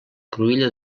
cruïlla